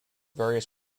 various